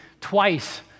twice